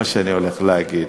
מה שאני הולך להגיד,